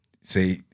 say